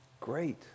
great